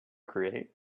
create